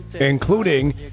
including